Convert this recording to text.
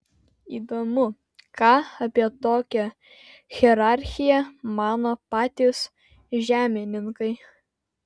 įdomu ką apie tokią hierarchiją mano patys žemininkai